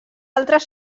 altres